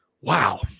Wow